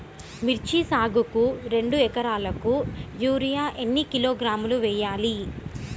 మిర్చి సాగుకు రెండు ఏకరాలకు యూరియా ఏన్ని కిలోగ్రాములు వేయాలి?